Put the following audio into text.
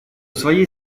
своей